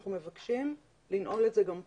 אנחנו מבקשים לנעול את זה גם כאן.